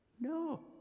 No